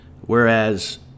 whereas